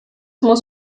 muss